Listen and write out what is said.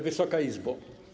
Wysoka Izbo!